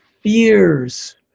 fears